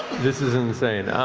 this is insane,